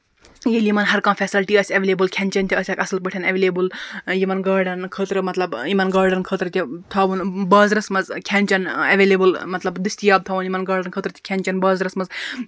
ییٚلہِ یِمن ہَر کانٛہہ فیسلٹی آسہِ آیویلیبٔل کھیٚن چیٚن تہِ آسیٚکھ اَصٕل پٲٹھۍ ایٚویلیبٕل یِمن گاڈَن خٲطرٕ مطلب یِمن گاڈَن خٲطرٕ تہِ تھاوُن بازرَس منٛز کھیٚن چیٚن ایٚویلیبٕل مطلب دٔستِیاب تھاوُن یِمن گاڈَن خٲطرٕ تہِ کھیٚن چیٚن بازرَس منٛز